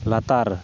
ᱞᱟᱛᱟᱨ